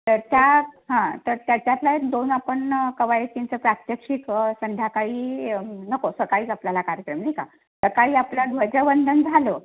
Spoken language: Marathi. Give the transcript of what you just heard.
तर त्या हां तर त्याच्यातल्या दोन आपण कवायतींचं प्रात्यक्षिक संध्याकाळी नको सकाळीच आपल्याला कार्यक्रम नाही का सकाळी आपलं ध्वजवंदन झालं